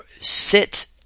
sit